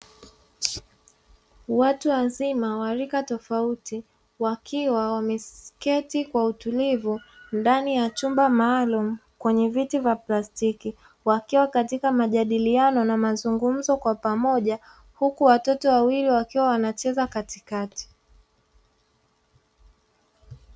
Watu wazima wa rika tofauti, wakiwa wameketi kwa utulivu ndani ya chumba maalumu kwenye viti vya plastiki, wakiwa katika majadiliano na mazungumzo kwa pamoja, huku watoto wawili wakiwa wanacheza katikati.